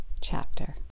chapter